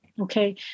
Okay